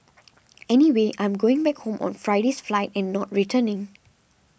anyway I'm going back home on Friday's flight and not returning